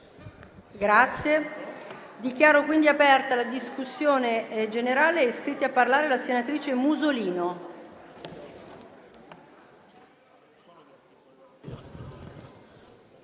Dichiaro aperta la discussione generale. È iscritta a parlare la senatrice Musolino.